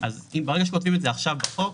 ברגע שנותנים את זה עכשיו בחוק,